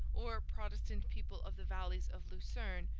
or protestant people of the valleys of lucerne,